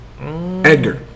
Edgar